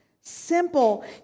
simple